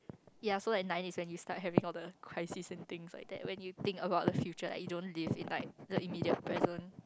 ya so like nine is when you start having all the crisis and things like that when you think about the future like you don't live is like the immediate present